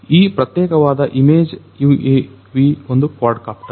ಹಾಗಾಗಿಈ ಪ್ರತ್ಯೇಕವಾದ image UAV ಒಂದು Quad copter